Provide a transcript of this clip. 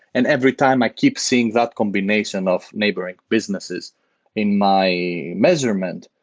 and every time i keep seeing that combination of neighboring businesses in my measurement,